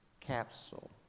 capsule